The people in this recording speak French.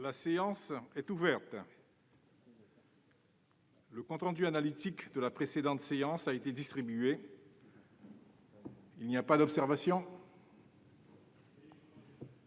La séance est ouverte. Le compte rendu analytique de la précédente séance a été distribué. Il n'y a pas d'observation ?